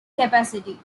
capacity